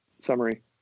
summary